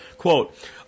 Quote